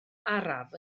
araf